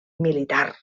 militar